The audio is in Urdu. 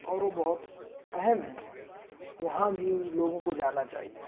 اور وہ بہت اہم ہیں وہاں بھی لوگوں کو جانا چاہیے